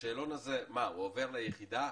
השאלון הזה עובר ליחידה?